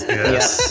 Yes